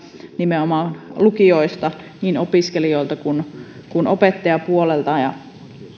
nimenomaan lukioista niin opiskelijoilta kuin opettajapuolelta